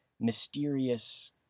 mysterious